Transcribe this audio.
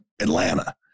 Atlanta